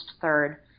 third